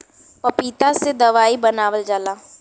पपीता से दवाई बनावल जाला